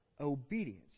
obedience